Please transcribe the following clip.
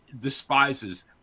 despises